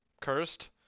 cursed